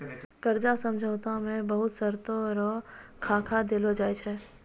कर्जा समझौता मे बहुत शर्तो रो खाका देलो जाय छै